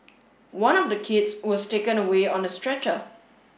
one of the kids was taken away on a stretcher